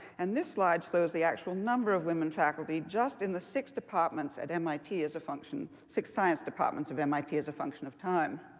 and this slide shows the actual number of women faculty just in the six departments at mit as a function six science departments of mit as a function of time.